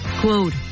Quote